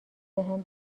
بهم